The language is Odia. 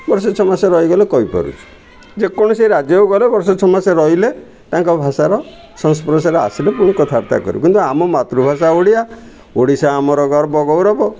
ବର୍ଷେ ଛ ମାସେ ରହିଗଲେ କହିପାରୁଛୁ ଯେକୌଣସି ରାଜ୍ୟକୁ ଗଲେ ବର୍ଷେ ଛ ମାସେ ରହିଲେ ତାଙ୍କ ଭାଷାର ସଂସ୍ପର୍ଶରେ ଆସିଲେ ପୁଣି କଥାବାର୍ତ୍ତା କରୁ କିନ୍ତୁ ଆମ ମାତୃଭାଷା ଓଡ଼ିଆ ଓଡ଼ିଶା ଆମର ଗର୍ବ ଗୌରବ